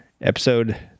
Episode